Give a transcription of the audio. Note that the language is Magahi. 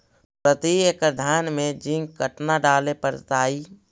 प्रती एकड़ धान मे जिंक कतना डाले पड़ताई?